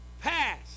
pass